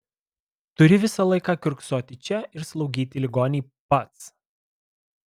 turi visą laiką kiurksoti čia ir slaugyti ligonį pats